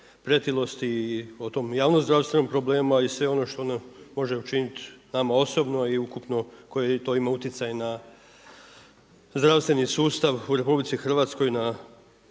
pretilosti i o tom javnozdravstvenom problemu a i sve ono što može učiniti nama osobno i ukupno koji to ima utjecaj na zdravstveni sustav u RH na